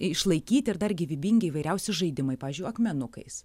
išlaikyti ir dar gyvybingi įvairiausi žaidimai pavyzdžiui akmenukais